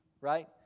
right